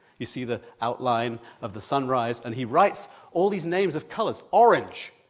you see the outline of the sunrise, and he writes all these names of colours, orange,